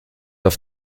auf